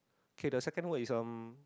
okay the second word is um